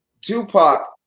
Tupac